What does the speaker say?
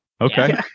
Okay